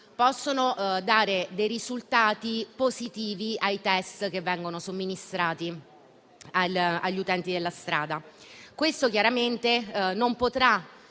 possono dare dei risultati positivi ai *test* che vengono somministrati agli utenti della strada. Il soggetto che